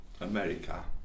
America